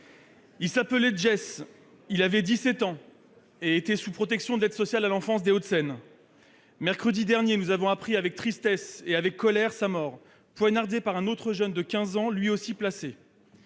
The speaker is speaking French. Il s'appelait Jess, il avait 17 ans. Il était sous la protection de l'aide sociale à l'enfance (ASE) des Hauts-de-Seine. Mercredi dernier, nous avons appris avec tristesse et colère la mort de ce jeune, poignardé par un autre jeune de 15 ans, lui aussi placé.